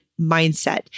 mindset